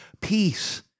peace